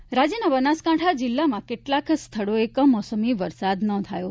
હવામાન રાજ્યના બનાસકાંઠા જીલ્લામાં કેટલાક સ્થળોએ કમોસમી વરસાદ નોંધાયો